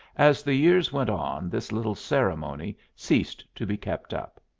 as the years went on this little ceremony ceased to be kept up.